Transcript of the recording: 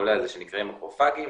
בחולה שנקראים מקרופגים,